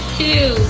two